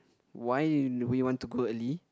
why we want to go early